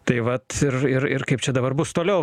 tai vat ir ir ir kaip čia dabar bus toliau